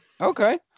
okay